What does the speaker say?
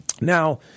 Now